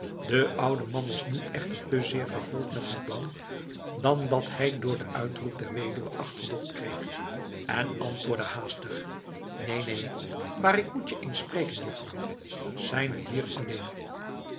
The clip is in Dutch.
de oude man was nu echter te zeer vervuld met zijn plan dan dat hij door den uitroep der weduwe achterdocht kreeg en antwoordde haastig neen neen maar ik moet je eens spreken juffrouw zijn we hier alleen